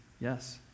yes